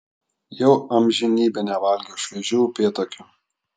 jau amžinybę nevalgiau šviežių upėtakių